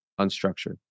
Unstructured